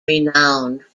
renowned